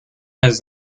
has